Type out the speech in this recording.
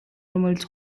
რომელიც